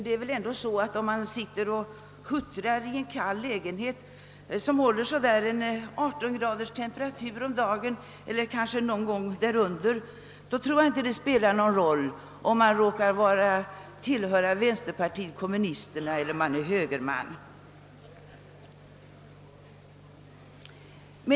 Om man sitter och huttrar i en kall lägenhet som håller en temperatur på omkring 18 grader eller därunder, tror jag inte det spelar någon roll om man råkar tillhöra vänsterpartiet kommunisterna eller om man är högerman.